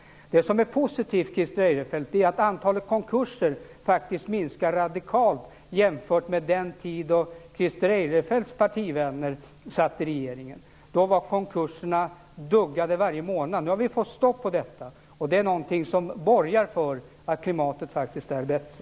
Det som är positivt, Christer Eirefelt, är att antalet konkurser faktiskt minskar radikalt jämfört med hur det var på den tiden då Christer Eirefelts partivänner satt i regeringen. Då duggade konkurserna tätt. Nu har vi fått stopp på detta. Det är någonting som borgar för att klimatet faktiskt är bättre.